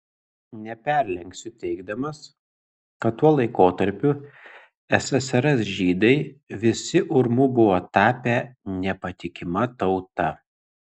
neperlenksiu teigdamas kad tuo laikotarpiu ssrs žydai visi urmu buvo tapę nepatikima tauta